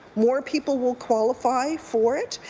more people will qualify for it.